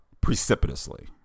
Precipitously